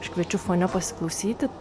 aš kviečiu fone pasiklausyti